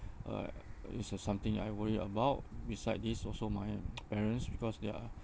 uh it's uh something I worry about beside this also my parents because they are